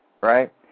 right